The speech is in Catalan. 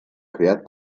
creat